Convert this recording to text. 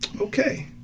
Okay